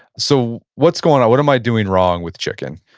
so, what's going on, what am i doing wrong with chicken?